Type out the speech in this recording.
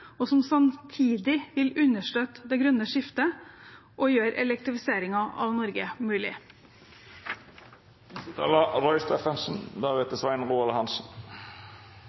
og som samtidig vil understøtte det grønne skiftet og gjøre elektrifiseringen av Norge mulig.